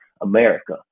America